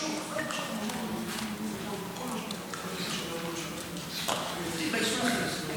כל הזמן מדברים על אחדות --- די, סימון.